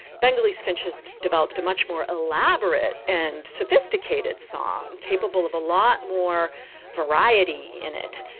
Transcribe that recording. bengalese finches developed a much more elaborate and sophisticated song capable of a lot more variety in it.